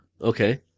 Okay